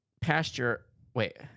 pasture—wait